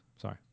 Sorry